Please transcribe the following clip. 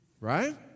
Right